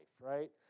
right